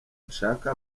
mushaka